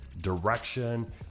direction